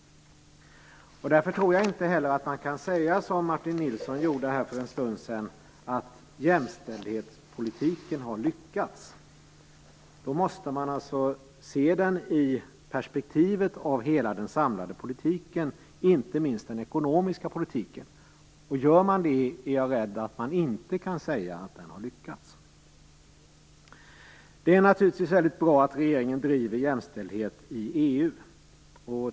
Därför tror jag inte heller att man kan säga som Martin Nilsson gjorde här för en stund sedan, att jämställdhetspolitiken har lyckats. Då måste man se den i perspektivet av hela den samlade politiken, inte minst den ekonomiska politiken. Gör man det är jag rädd att man inte kan säga att den har lyckats. Det är naturligtvis bra att regeringen driver frågan om jämställdhet i EU.